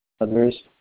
Others